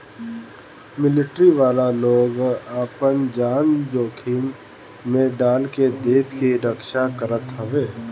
military वाला लोग आपन जान के जोखिम में डाल के देस के रक्षा करत हवे